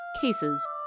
cases